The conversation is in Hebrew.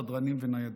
סדרנים וניידות.